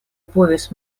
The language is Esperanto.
povis